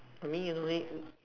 I mean usually